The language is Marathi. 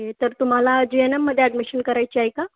तर तुम्हाला जी एन एममध्ये ॲडमिशन करायची आहे का